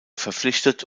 verpflichtet